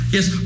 Yes